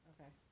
Okay